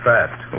Fast